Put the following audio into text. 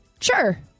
Sure